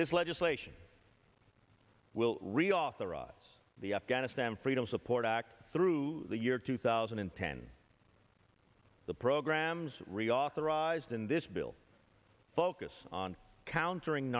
this legislation will reauthorize the afghanistan freedom support act through the year two thousand and ten the programs reauthorized in this bill focus on countering